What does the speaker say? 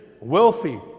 wealthy